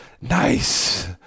Nice